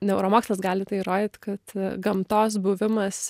neuromokslas gali tai įrodyt kad gamtos buvimas